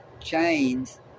chains